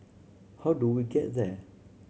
how do we get there